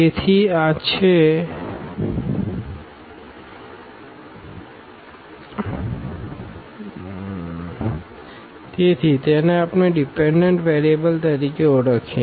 તેથી આ છે તેથી તેને આપણે ડીપેનડન્ટ વેરીએબલ તરીકે ઓળખીએ